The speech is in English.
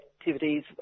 activities